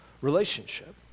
relationship